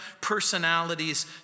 personalities